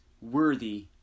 worthy